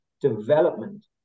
development